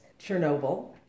Chernobyl